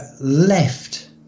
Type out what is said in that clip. left